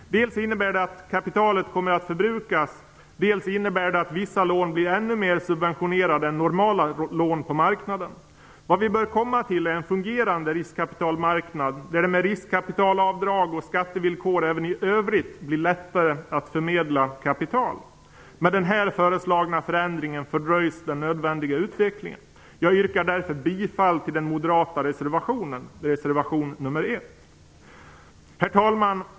Det innebär dels att kapitalet kommer att förbrukas, dels att vissa lån blir ännu mer subventionerade än normala lån på marknaden. Vi bör ha en fungerande riskkapitalmarknad där det med riskkapitalavdrag och skattevillkor även i övrigt blir lättare att förmedla kapital. Med den här föreslagna förändringen fördröjs den nödvändiga utvecklingen. Jag yrkar därför bifall till den moderata reservationen, reservation nr 1. Fru talman!